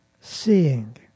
seeing